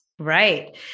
Right